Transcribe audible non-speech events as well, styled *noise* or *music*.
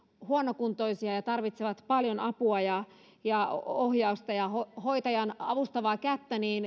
huonokuntoisia ja tarvitsevat paljon apua ja ja ohjausta ja hoitajan avustavaa kättä niin *unintelligible*